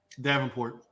Davenport